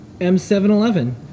M711